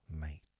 mate